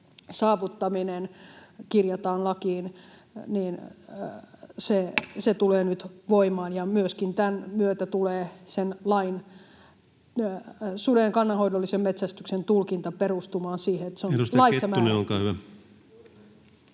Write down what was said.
saavuttaminen kirjataan lakiin, tulee nyt voimaan, ja myöskin tämän myötä tulee suden kannanhoidollisen metsästyksen tulkinta perustumaan siihen, että se on